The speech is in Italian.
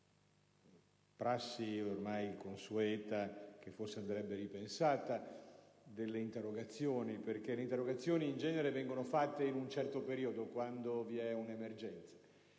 prassi ormai consueta, che forse andrebbe ripensata, delle interrogazioni. Le interrogazioni, in genere, vengono presentate in un certo periodo, quando vi è un'emergenza,